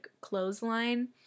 clothesline